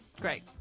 Great